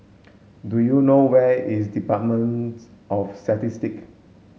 do you know where is Departments of Statistic